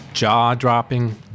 Jaw-dropping